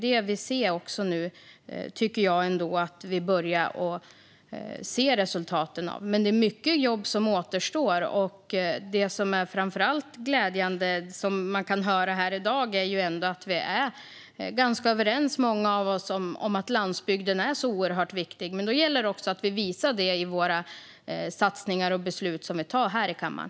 Jag tycker att vi börjar se resultaten av det nu. Men mycket jobb återstår. Det som framför allt är glädjande, vilket vi kan höra i dag, är att många av oss är ganska överens om att landsbygden är viktig. Det gäller dock att vi visar det i våra satsningar och i de beslut som vi fattar här i kammaren.